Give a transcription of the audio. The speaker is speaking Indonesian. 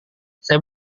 saya